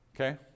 Okay